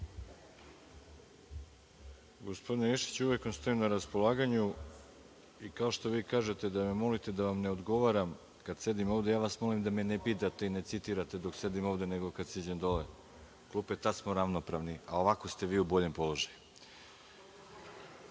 Gospodine Ješiću, uvek vam stojim na raspolaganju i, kao što vi kažete da me molite da vam ne odgovaram kada sedim ovde, ja vas molim da me ne pitate i ne citirate dok sedim ovde, nego kada siđem dole u klupe. Tad smo ravnopravni, a ovako ste vi u boljem položaju. Reč